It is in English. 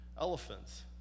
Elephants